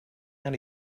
out